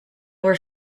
were